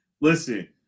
Listen